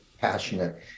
passionate